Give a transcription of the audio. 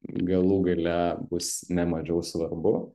galų gale bus nemažiau svarbu